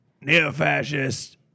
Neo-fascist